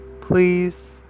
please